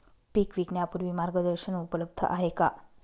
पीक विकण्यापूर्वी मार्गदर्शन उपलब्ध आहे का?